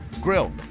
Grill